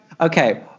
Okay